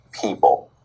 people